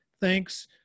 Thanks